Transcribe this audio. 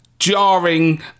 Jarring